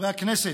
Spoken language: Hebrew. חברי הכנסת,